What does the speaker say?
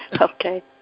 Okay